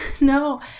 No